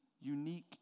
unique